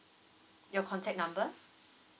your contact number